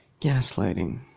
gaslighting